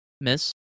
miss